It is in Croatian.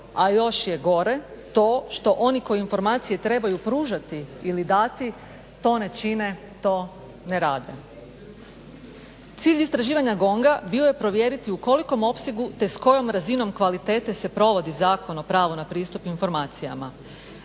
a još je gore to što oni koji informacije trebaju pružati ili dati to ne čine, to ne rade. Cilj istraživanja GONG-a bio je provjeriti u kolikom opsegu te s kojom razinom kvalitete se provodi Zakon o pravu na pristup informacijama.